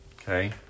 Okay